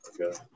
Okay